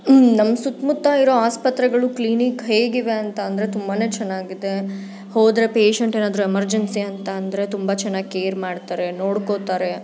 ನಮ್ಮ ಸುತ್ತ ಮುತ್ತ ಇರೋ ಆಸ್ಪತ್ರೆಗಳು ಕ್ಲಿನಿಕ್ ಹೇಗಿವೆ ಅಂತ ಅಂದರೆ ತುಂಬಾ ಚೆನ್ನಾಗಿದೆ ಹೋದರೆ ಪೇಷಂಟ್ ಏನಾದ್ರೂ ಎಮರ್ಜೆನ್ಸಿ ಅಂತ ಅಂದರೆ ತುಂಬ ಚೆನ್ನಾಗಿ ಕೇರ್ ಮಾಡ್ತಾರೆ ನೋಡ್ಕೊಳ್ತಾರೆ